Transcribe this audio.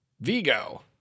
Vigo